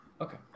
okay